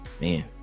man